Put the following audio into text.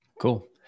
cool